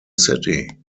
city